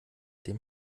dem